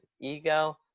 ego